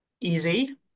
easy